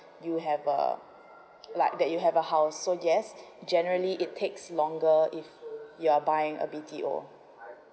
you have a like that you have a house so yes generally it takes longer if you're buying a B_T_O